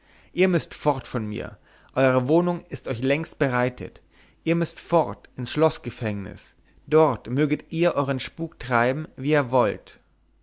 ihr müßt fort von mir eure wohnung ist euch längst bereitet ihr müßt fort ins schloßgefängnis dort möget ihr euern spuk treiben wie ihr wollt